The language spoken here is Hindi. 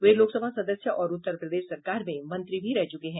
वे लोकसभा सदस्य और उत्तर प्रदेश सरकार में मंत्री भी रह चुके हैं